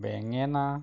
বেঙেনা